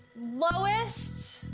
lowest,